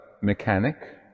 mechanic